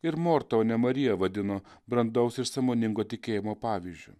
ir mortą o ne mariją vadino brandaus ir sąmoningo tikėjimo pavyzdžiu